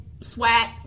SWAT